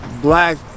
black